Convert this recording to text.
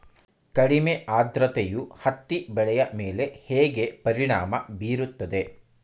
ಕಡಿಮೆ ಆದ್ರತೆಯು ಹತ್ತಿ ಬೆಳೆಯ ಮೇಲೆ ಹೇಗೆ ಪರಿಣಾಮ ಬೀರುತ್ತದೆ?